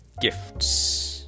gifts